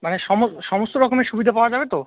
মানে সমস্ত রকমের সুবিধা পাওয়া যাবে তো